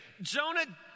Jonah